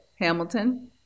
Hamilton